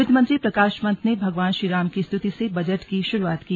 वित्त मंत्री प्रकाश पन्त ने भगवान श्रीराम की स्तृति से बजट की शुरुआत की